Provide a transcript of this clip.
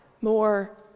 more